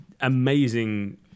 amazing